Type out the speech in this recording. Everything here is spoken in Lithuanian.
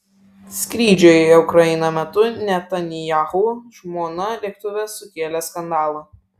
skrydžio į ukrainą metu netanyahu žmona lėktuve sukėlė skandalą